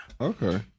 Okay